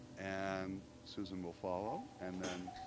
and susan will follow. and then,